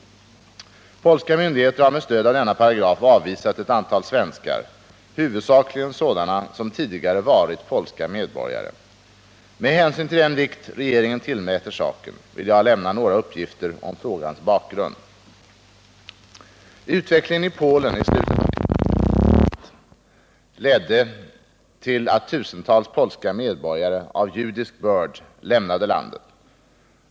Polska myndigheter har med stöd av denna paragraf avvisat ett antal svenskar, huvudsakligen sådana som tidigare varit polska medborgare. Med hänsyn till den vikt regeringen tillmäter saken vill jag lämna några uppgifter om frågans bakgrund. Utvecklingen i Polen i slutet av 1960-talet ledde till att tusentals polska medborgare av judisk börd lämnade landet.